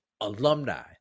alumni